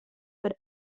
but